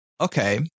Okay